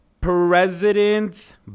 President